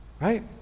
right